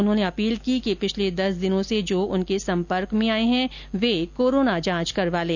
उन्होंने अपील की कि पिछले दस दिनों में जो उनके संपर्क में आए हैं वो कोरोना जांच करवा लें